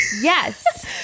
Yes